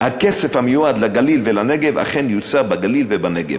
הכסף המיועד לגליל ולנגב אכן יוצא בגליל ובנגב.